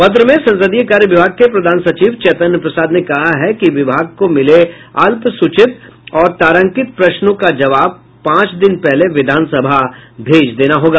पत्र में संसदीय कार्य विभाग के प्रधान सचिव चैतन्य प्रसाद ने कहा है कि विभाग को मिले अल्पसूचित और तारांकित प्रश्नों का जवाब पांच दिन पहले विधानसभा भेज देना होगा